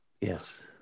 Yes